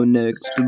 next